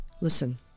Listen